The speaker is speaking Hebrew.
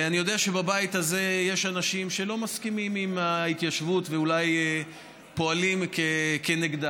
אני יודע שבבית הזה יש אנשים שלא מסכימים להתיישבות ואולי פועלים כנגדה.